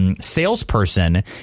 salesperson